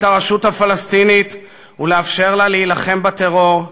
הרשות הפלסטינית ולאפשר לה להילחם בטרור.